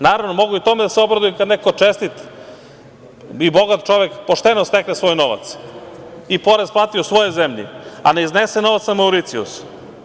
Naravno, mogu i tome da se obradujem kada neko čestit i bogat čovek pošteno stekne svoj novac i porez plati u svojoj zemlji, a ne iznese novac na Mauricijus.